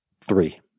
Three